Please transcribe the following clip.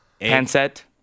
handset